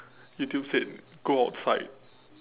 YouTube said go outside